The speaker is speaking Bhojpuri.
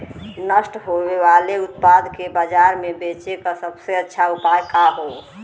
नष्ट होवे वाले उतपाद के बाजार में बेचे क सबसे अच्छा उपाय का हो?